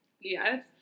Yes